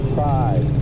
five